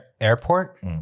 airport